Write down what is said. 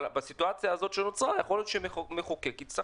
אבל בסיטואציה הזאת שנוצרה יכול להיות שהמחוקק יצטרך